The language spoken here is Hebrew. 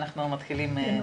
אנחנו מתחילים בהקראה.